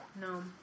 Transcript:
No